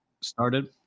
started